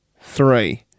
three